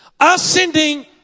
Ascending